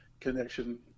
connection